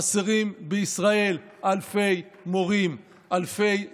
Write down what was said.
חסרים בישראל אלפי מורים, אלפי סייעות.